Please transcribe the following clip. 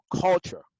culture